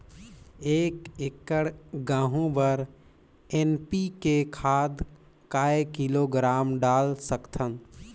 एक एकड़ गहूं बर एन.पी.के खाद काय किलोग्राम डाल सकथन?